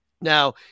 Now